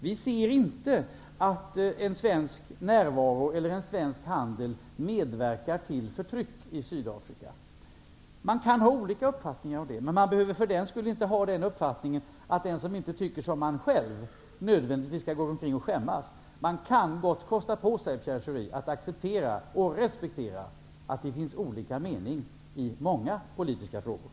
Vi ser inte att en svensk närvaro eller svensk handel medverkar till förtryck i Sydafrika. Man kan ha olika uppfattningar om det, men man behöver för den sakens skull inte ha uppfattningen att den som inte tycker som man själv gör nödvändigtvis skall gå omkring och skämmas. Man kan gott kosta på sig, Pierre Schori, att acceptera och respektera att det finns olika meningar i många politiska frågor.